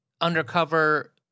undercover